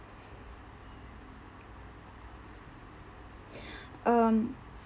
um